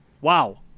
Wow